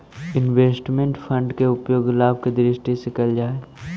investment fund के उपयोग लाभ के दृष्टि से कईल जा हई